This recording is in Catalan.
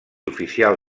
oficial